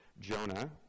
Jonah